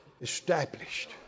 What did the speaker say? established